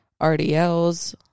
RDLs